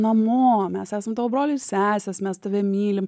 namo mes esam tavo brolis ir sesės mes tave mylim